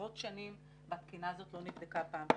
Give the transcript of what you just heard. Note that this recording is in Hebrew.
עשרות שנים והתקינה הזאת לא נבדקה בפעם השנייה.